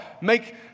Make